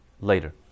later